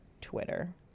twitter